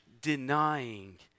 denying